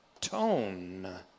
tone